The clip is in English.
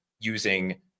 using